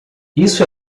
isso